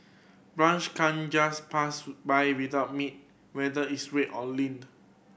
brunch can't just pass by without meat whether it's red or leaned